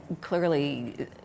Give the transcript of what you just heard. clearly